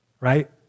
Right